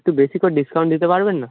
একটু বেশি করে ডিসকাউন্ট দিতে পারবেন না